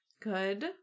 Good